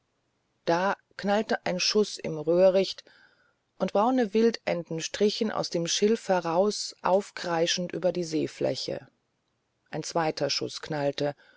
da knallte ein schuß im röhricht und braune wildenten strichen aus dem schilf heraus aufkreischend über die seefläche ein zweiter schuß